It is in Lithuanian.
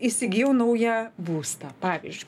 įsigijau naują būstą pavyzdžiui